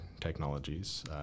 technologies